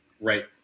Right